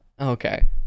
Okay